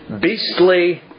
beastly